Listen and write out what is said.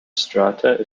strata